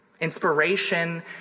Inspiration